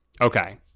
Okay